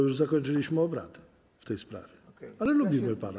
Już zakończyliśmy obrady w tej sprawie, ale lubimy pana.